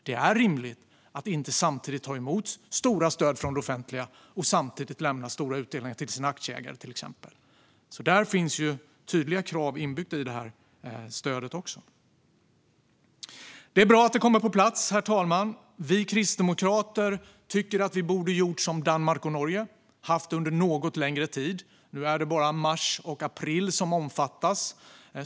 Det är rimligt att inte ta emot stora stöd från det offentliga samtidigt som man lämnar stora utdelningar till sina aktieägare, till exempel. Där finns tydliga krav inbyggda i stödet. Det är bra att det kommer på plats, herr talman, men vi kristdemokrater tycker att vi borde ha gjort som Danmark och Norge och haft det under en något längre tid. Nu är det bara mars och april som omfattas.